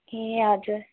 ए हजुर